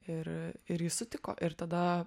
ir ir jis sutiko ir tada